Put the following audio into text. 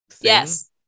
Yes